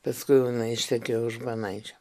paskui jau ištekėjo už banaičio